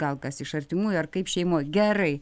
gal kas iš artimųjų ar kaip šeimoj gerai